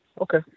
Okay